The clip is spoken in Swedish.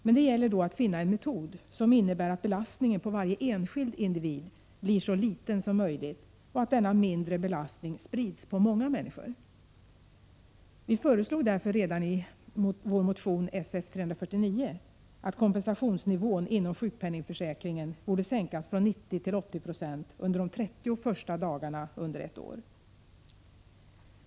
Men det gäller då att finna en metod som innebär att belastningen på varje enskild individ blir så liten som möjligt och att denna mindre belastning sprids på många människor. Vi föreslog därför redan i vår motion Sf349 att kompensationsnivån inom sjukpenningförsäkringen borde sänkas från 90 till 80 26 under de 30 första dagarna under ett år.